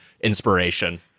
inspiration